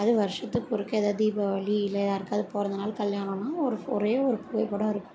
அது வருஷத்துக்கு ஒருக்கா ஏதாவது தீபாவளி இல்லை யாருக்காவது பிறந்தநாள் கல்யாணம்னால் ஒரு ஃபோ ஒரேயொரு புகைப்படம் இருக்கும்